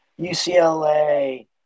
UCLA